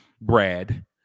Brad